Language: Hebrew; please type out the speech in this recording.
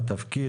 את התפקיד,